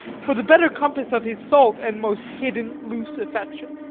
for the better compass of his salt and most hidden loose affection?